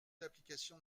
d’application